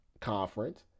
conference